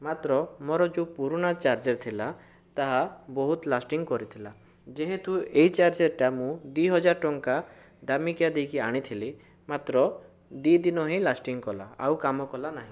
ମାତ୍ର ମୋର ଯେଉଁ ପୁରୁଣା ଚାର୍ଜର ଥିଲା ତାହା ବହୁତ୍ ଲାସ୍ଟିଂ କରିଥିଲା ଯେହେତୁ ଏହି ଚାର୍ଜରଟା ମୁଁ ଦୁଇ ହଜାର ଟଙ୍କା ଦାମିକିଆ ଦେଇକି ଆଣିଥିଲି ମାତ୍ର ଦୁଇ ଦିନ ହିଁ ଲାସ୍ଟିଂ କଲା ଆଉ କାମ କଲା ନାହିଁ